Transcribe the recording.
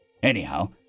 Anyhow